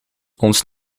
ons